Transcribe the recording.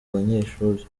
banyeshuri